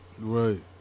Right